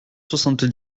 soixante